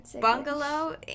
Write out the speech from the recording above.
Bungalow